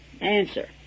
Answer